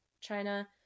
China